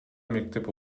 мектеп